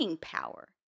power